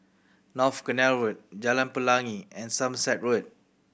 North Canal Road Jalan Pelangi and Somerset Road